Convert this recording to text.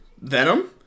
Venom